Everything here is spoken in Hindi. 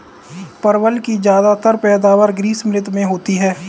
परवल की ज्यादातर पैदावार ग्रीष्म ऋतु में होती है